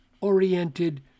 oriented